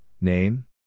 name